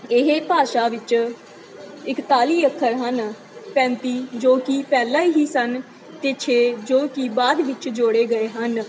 ਇਹ ਭਾਸ਼ਾ ਵਿੱਚ ਇੱਕਤਾਲੀ ਅੱਖਰ ਹਨ ਪੈਂਤੀ ਜੋ ਕਿ ਪਹਿਲਾਂ ਹੀ ਸਨ ਅਤੇ ਛੇ ਜੋ ਕਿ ਬਾਅਦ ਵਿੱਚ ਜੋੜੇ ਗਏ ਹਨ